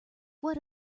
what